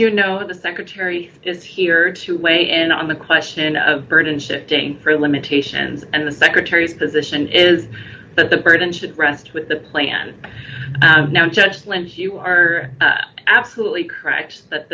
you know the secretary is here to weigh in on the question of burden shifting for limitations and the secretary's position is that the burden should rest with that plan and no judgment here are absolutely correct that